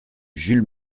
jules